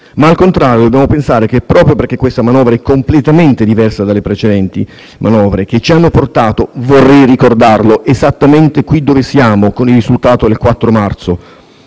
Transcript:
Al contrario però dobbiamo pensare che proprio perché questa manovra è completamente diversa dalle precedenti manovre (che ci hanno portato - vorrei ricordarlo - esattamente qui dove siamo, con il risultato del 4 marzo),